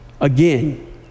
again